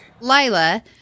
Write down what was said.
Lila